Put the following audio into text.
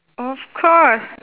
of course